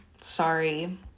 sorry